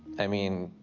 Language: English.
i mean.